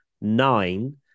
nine